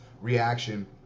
reaction